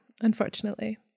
unfortunately